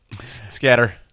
Scatter